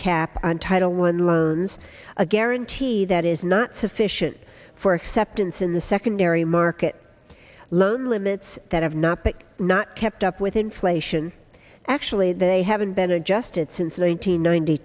kept on title one loans a guarantee that is not sufficient for acceptance in the secondary market loan limits that have not but not kept up with inflation actually they haven't been adjusted since nine hundred ninety